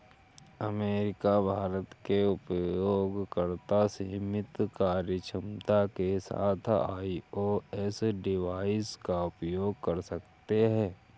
America, भारत के उपयोगकर्ता सीमित कार्यक्षमता के साथ आई.ओ.एस डिवाइस का उपयोग कर सकते हैं